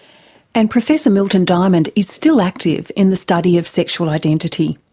and professor milton diamond is still active in the study of sexual identity.